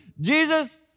Jesus